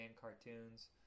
cartoons